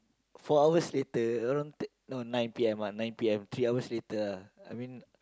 four hours later around ten no nine P_M ah nine P_M three hours later ah I mean